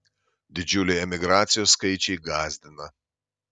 didžiuliai emigracijos skaičiai gąsdina